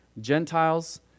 Gentiles